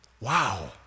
Wow